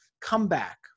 comeback